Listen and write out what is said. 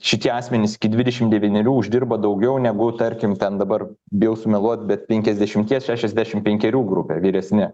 šiti asmenys iki dvidešim devynerių uždirba daugiau negu tarkim ten dabar bijau sumeluot bet penkiasdešimties šešiasdešim penkerių grupė ir vyresni